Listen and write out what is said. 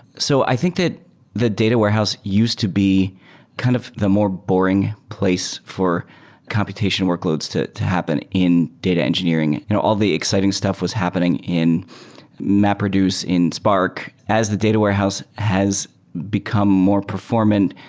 so i think that the data warehouse used to be kind of the more boring place for computation workloads to to happen in data engineering. you know all the exciting stuff was happening in mapreduce, in spark. as the data warehouse has become more performant,